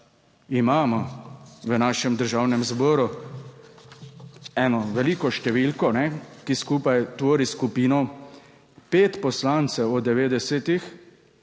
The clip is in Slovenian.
imamo v našem Državnem zboru eno veliko številko, ki skupaj tvori skupino pet poslancev od 90,